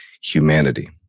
humanity